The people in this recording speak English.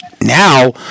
now